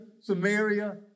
Samaria